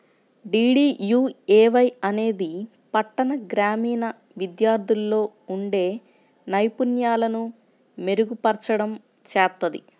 DDUAY అనేది పట్టణ, గ్రామీణ విద్యార్థుల్లో ఉండే నైపుణ్యాలను మెరుగుపర్చడం చేత్తది